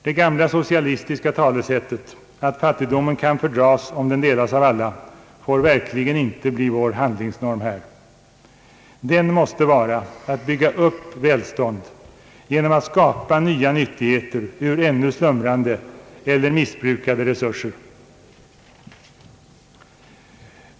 Det gamla socialistiska talesättet att fattigdomen kan fördras om den delas av alla får verkligen inte bli vår handlingsnorm. Den måste vara att bygga upp välstånd genom att skapa nya nyttigheter ur ännu slumrande eHer missbrukade resurser.